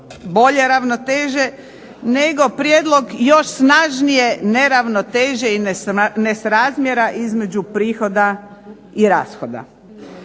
bolje ravnoteže, nego prijedlog još snažnije neravnoteže i nesrazmjera između prihoda i rashoda.